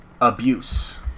Abuse